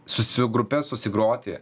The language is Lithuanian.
susi grupe susigroti